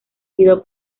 sido